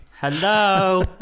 hello